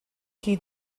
qui